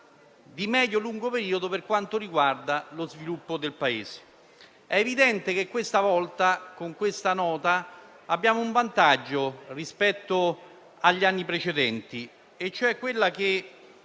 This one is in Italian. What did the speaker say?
di medio e lungo periodo per quanto riguarda lo sviluppo del Paese. È evidente che questa volta con questa Nota abbiamo un vantaggio rispetto agli anni precedenti: grazie alla